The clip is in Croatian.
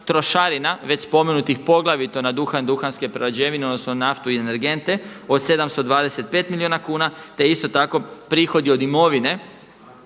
trošarina već spomenutih poglavito na duhan i duhanske prerađevine odnosno naftu i energente od 725 milijuna kuna te isto tako prihodi od imovine